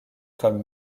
comme